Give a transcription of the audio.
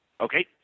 Okay